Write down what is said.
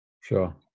sure